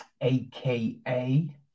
AKA